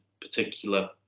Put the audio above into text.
particular